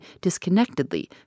disconnectedly